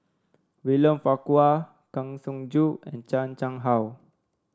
William Farquhar Kang Siong Joo and Chan Chang How